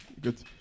good